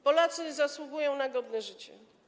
Polacy zasługują na godne życie.